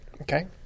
okay